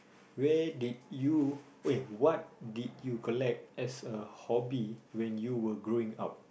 where did you wait what did you collect as a hobby when you were growing up